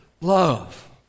love